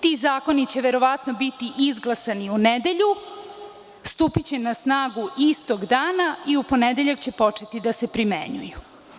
Ti zakoni će verovatno biti izglasani u nedelju, stupiće na snagu istog dana i u ponedeljak će početi da se primenjuju.